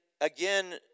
again